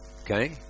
okay